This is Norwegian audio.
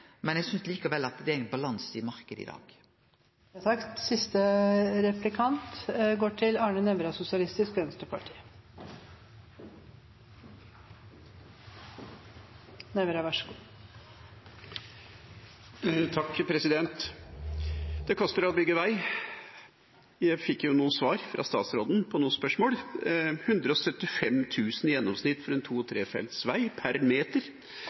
men eg synest likevel det er balanse i marknaden i dag. Det koster å bygge vei. Jeg fikk noen svar fra statsråden på noen spørsmål: 175 000 kr per meter i gjennomsnitt for en to-/trefeltsvei. 300 000 kr per meter